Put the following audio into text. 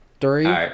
Three